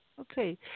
Okay